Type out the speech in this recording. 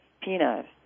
peanuts